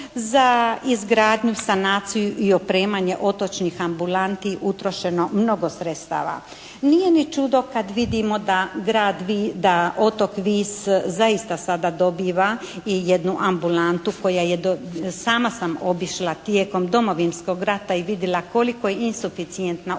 za izgradnju, sanaciju i opremanje otočnih ambulanti utrošeno mnogo sredstava. Nije ni čudo kad vidimo da otok Vis zaista sada dobiva i jednu ambulantu koja je, sama sam obišla tijekom Domovinskog rata i vidila koliko je insuficijentna upravo